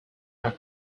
are